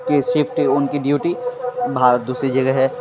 کی سفٹ ان کی ڈیوٹی باہر دوسری جگہ ہے